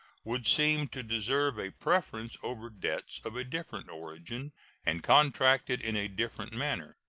would seem to deserve a preference over debts of a different origin and contracted in a different manner.